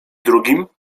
drugim